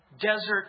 Desert